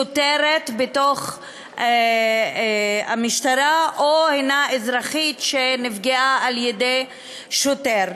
שוטרת בתוך המשטרה או אזרחית שנפגעה על-ידי שוטר.